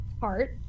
heart